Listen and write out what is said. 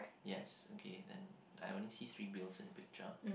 yes okay then I only see three bills in the picture